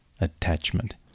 attachment